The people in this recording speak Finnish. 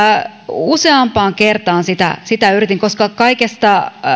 useampaan kertaan sitä sitä yritin koska kaikesta